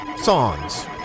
songs